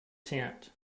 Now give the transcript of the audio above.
tent